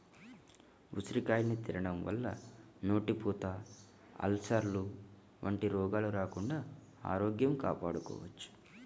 ఉసిరికాయల్ని తినడం వల్ల నోటిపూత, అల్సర్లు వంటి రోగాలు రాకుండా ఆరోగ్యం కాపాడుకోవచ్చు